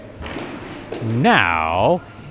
Now